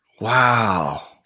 wow